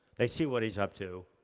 they see what he's up to,